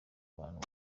bantu